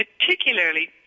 particularly